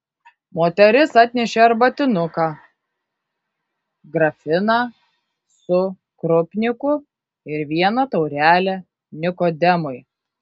moteris atnešė arbatinuką grafiną su krupniku ir vieną taurelę nikodemui